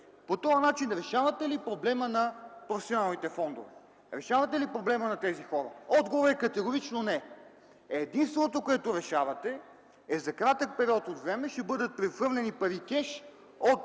по този начин решавате ли проблема на професионалните фондове, решавате ли проблема на тези хора?! Отговорът е категорично не. Единственото, което решавате, е, че за кратък период от време ще бъдат прехвърлени пари кеш от